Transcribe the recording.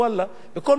בכל מקום מתוקן,